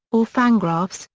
or fangraphs,